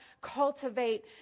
cultivate